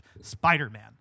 spider-man